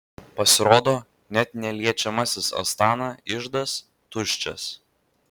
pasirodo net neliečiamasis astana iždas tuščias